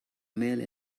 male